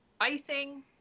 icing